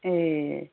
ए